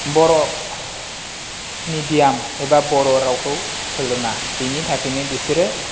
बर' medium एबा बर' रावखौ सोलोङा बिनि थाखायनो बिसोरो